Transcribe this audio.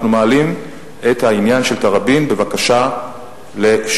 אנחנו מעלים את העניין של תראבין בבקשה לשחרור.